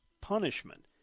punishment